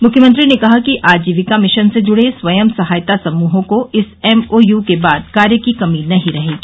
मुख्यमंत्री ने कहा कि आजीविका मिशन से जुड़े स्वयं सहायता समूहों को इस एमओयू के बाद कार्य की कमी नहीं रहेगी